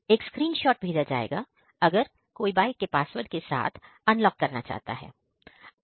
एक स्क्रीनशॉट भेजा जाएगा अगर कोई बाइक को पासवर्ड के साथ अनलॉक करना चाहता है तो